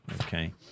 Okay